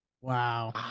Wow